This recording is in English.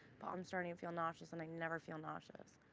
but i'm starting to feel nauseous, and i never feel nauseous.